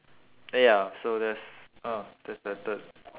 ya so that's uh that's the third